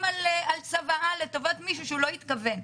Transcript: על צוואה לטובת מישהו שהוא לא התכוון.